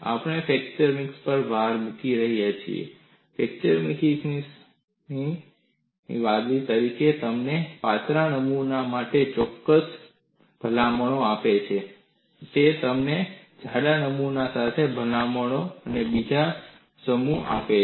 આપણે fracture mechanics પર ભાર મૂકી રહ્યા છીએ ફ્રેક્ચર મિકેનિક્સ સાકલ્યવાદી છે તે તમને પાતળા નમૂનાઓ માટે ચોક્કસ ભલામણો આપે છે તે તમને જાડા નમૂનાઓ માટે ભલામણોનો બીજો સમૂહ આપે છે